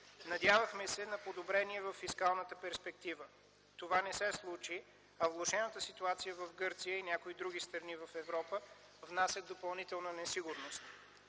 Надявахме се на подобрение във фискалната перспектива. Това не се случи, а влошената ситуация в Гърция и някои други страни в Европа внасят допълнителна несигурност.